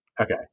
okay